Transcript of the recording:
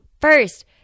First